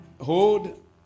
Hold